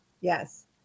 yes